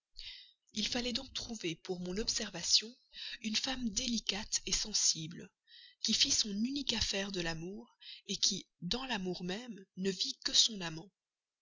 il fallait donc trouver pour mon observation une femme délicate sensible qui fît son unique affaire de l'amour qui dans l'amour même ne vît que son amant